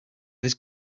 his